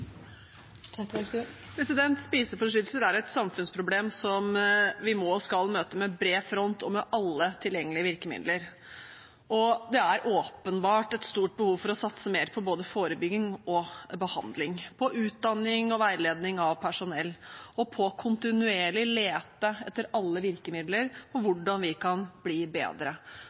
et samfunnsproblem som vi må og skal møte med bred front og med alle tilgjengelige virkemidler. Det er åpenbart et stort behov for å satse mer på både forebygging og behandling, på utdanning og veiledning av personell, og på kontinuerlig å lete etter alle virkemidler for hvordan vi kan bli bedre.